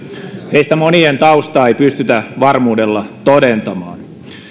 heistä monien taustaa ei pystytä varmuudella todentamaan